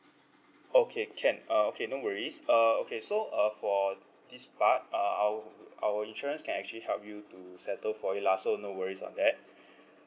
okay can uh okay no worries uh okay so uh for this part uh our our insurance can actually help you to settle for you lah so no worries on that